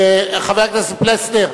חבר הכנסת פלסנר.